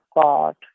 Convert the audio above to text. God